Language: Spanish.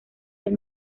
del